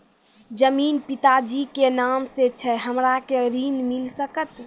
जमीन पिता जी के नाम से छै हमरा के ऋण मिल सकत?